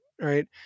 right